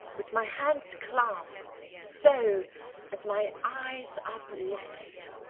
with my hands clasped so and my eyes uplifted.